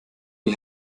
wie